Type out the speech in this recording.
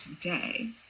today